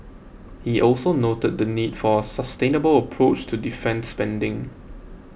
he also noted the need for a sustainable approach to defence spending